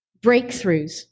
Breakthroughs